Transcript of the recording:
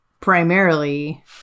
primarily